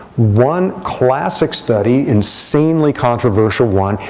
one classic study, insanely controversial one,